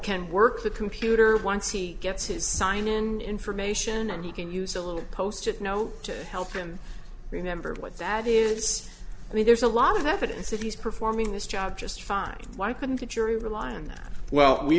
can work the computer once he gets his sign and information and he can use a little post it know to help him remember what that is i mean there's a lot of evidence that he's performing this job just fine why couldn't the jury rely on that well we